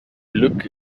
glück